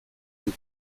utzi